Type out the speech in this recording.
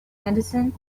medicine